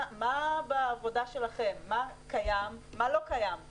מה קיים ומה לא קיים בעבודה שלכם,